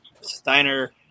Steiner